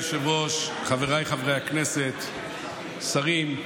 אדוני היושב-ראש, חבריי חברי הכנסת, שרים,